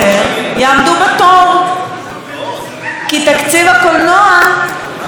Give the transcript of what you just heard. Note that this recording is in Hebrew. כי תקציב הקולנוע של 80 מיליון שקלים הוא עכשיו קצת פחות,